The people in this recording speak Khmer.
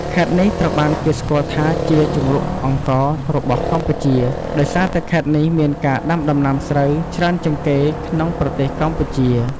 ខេត្តនេះត្រូវបានគេស្គាល់ថាជា ជង្រុកអង្ករ របស់កម្ពុជា ដោយសារតែខេត្តនេះមានការដាំដំណាំស្រូវច្រើនជាងគេក្នុងប្រទេសកម្ពុជា។